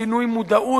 שינוי מודעות,